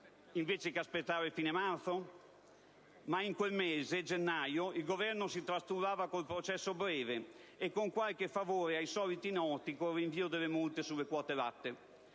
invece che aspettare fine marzo? Ma in quel mese, gennaio, il Governo si trastullava con il processo breve e con qualche favore ai soliti noti con il rinvio delle multe sulle quote latte.